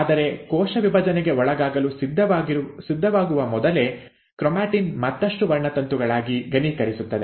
ಆದರೆ ಕೋಶ ವಿಭಜನೆಗೆ ಒಳಗಾಗಲು ಸಿದ್ಧವಾಗುವ ಮೊದಲೇ ಕ್ರೋಮ್ಯಾಟಿನ್ ಮತ್ತಷ್ಟು ವರ್ಣತಂತುಗಳಾಗಿ ಘನೀಕರಿಸುತ್ತದೆ